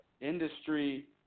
industry